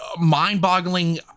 mind-boggling